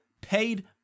paid